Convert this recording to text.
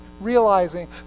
realizing